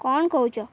କ'ଣ କହୁଛ